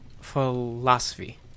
philosophy